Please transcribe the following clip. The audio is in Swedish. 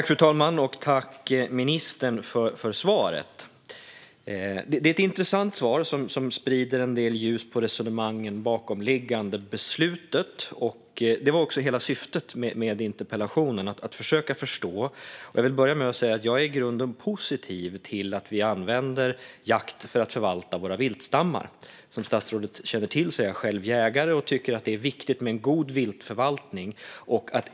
Fru talman! Tack, ministern, för svaret! Det är ett intressant svar som sprider en del ljus på resonemangen bakom beslutet. Det var också hela syftet med interpellationen: att försöka förstå. Jag vill börja med att säga att jag i grunden är positiv till att vi använder jakt för att förvalta våra viltstammar. Som statsrådet känner till är jag själv jägare, och jag tycker att det är viktigt med en god viltförvaltning.